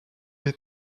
les